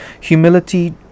humility